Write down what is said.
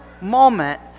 moment